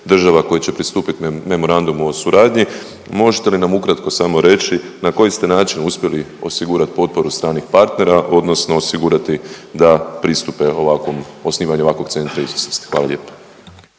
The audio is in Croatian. država koje će pristupiti memorandumu o suradnji, možete li nam ukratko samo reći na koji ste način uspjeli osigurati potporu stranih partnera odnosno osigurati da pristupe ovakvom osnivanju ovakvom, osnivanju ovakvog